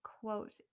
quote